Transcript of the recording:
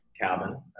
cabin